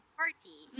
party